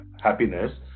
happiness